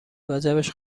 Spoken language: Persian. وجبش